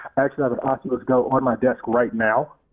actually have a oculus go on my desk right now.